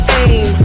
aim